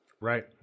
Right